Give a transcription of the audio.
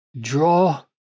draw